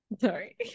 Sorry